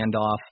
handoff